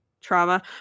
trauma